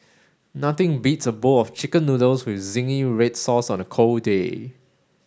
nothing beats a bowl of chicken noodles with zingy red sauce on a cold day